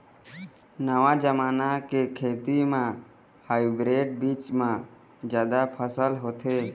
नवा जमाना के खेती म हाइब्रिड बीज म जादा फसल होथे